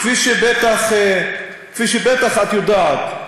כפי שאת בטח יודעת,